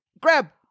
grab